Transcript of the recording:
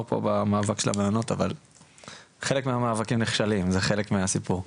פה במאבק של המעונות אבל חלק מהמאבקים נכשלים וזה חלק מהסיפור.